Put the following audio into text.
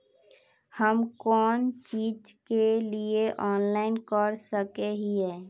हम कोन चीज के लिए ऑनलाइन कर सके हिये?